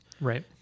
Right